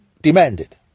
demanded